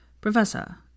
Professor